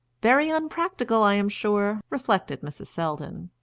very unpractical, i am sure, reflected mrs. selldon.